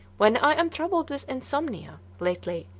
when i am troubled with insomnia, lately,